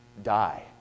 die